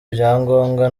ibyangombwa